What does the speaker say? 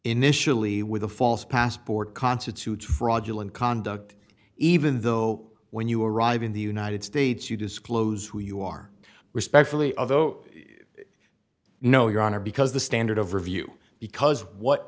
initially with a false passport constitutes fraudulent conduct even though when you arrive in the united states you disclose who you are respectfully of oh no your honor because the standard of review because what